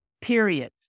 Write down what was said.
period